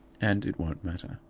and it won't matter.